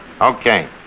Okay